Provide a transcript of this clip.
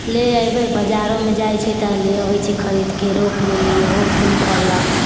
लए एबै बजारोमे जाइत छै तऽ ले अबैत छियै खरीदके रोपि लेली ओहो फूल फड़लक